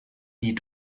sie